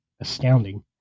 astounding